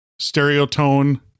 stereotone